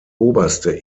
oberste